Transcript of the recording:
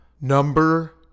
Number